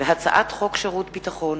הצעת חוק שירות ביטחון